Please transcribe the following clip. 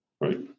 right